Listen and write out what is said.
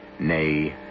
Nay